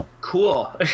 Cool